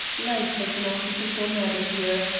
life is an artificial matter here.